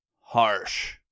Harsh